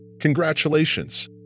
Congratulations